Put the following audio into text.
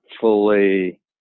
fully